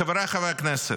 חבריי חברי הכנסת,